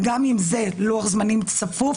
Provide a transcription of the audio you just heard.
וגם אם זה לוח זמנים צפוף,